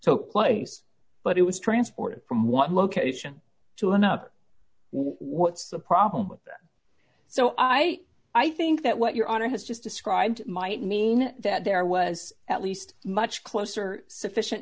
so place but it was transported from one location to another what's the problem with that so i i think that what your honor has just described might mean that there was at least much closer sufficient